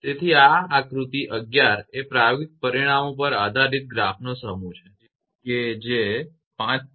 તેથી જ આ આકૃતિ ગ્રાફ 11 એ પ્રાયોગિક પરિણામો પર આધારિત ગ્રાફનો સમૂહ છે કે જે 5